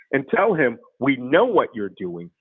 and tell him, we know what you're doing.